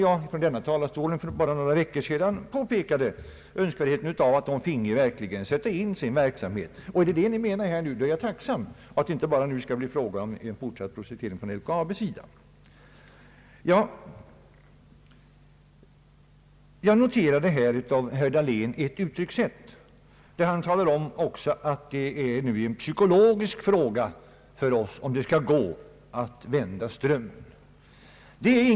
Det är bara några veckor sedan som jag från denna talarstol påpekade önskvärdheten av att Bolidenbolaget får sätta i gång med denna verksamhet. Är det detta som man menar då är jag tacksam, således att det inte bara skall bli fråga om fortsatt projektering från LKAB:s sida. Jag noterade att herr Dahlén använde uttryckssättet att det är en psykologisk fråga om vi i Norrland skall kunna vända strömmen.